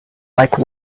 like